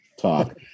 talk